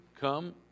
come